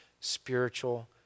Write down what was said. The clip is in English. spiritual